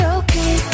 okay